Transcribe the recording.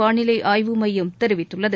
வானிலை ஆய்வு மையம் தெரிவித்துள்ளது